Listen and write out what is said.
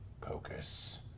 pocus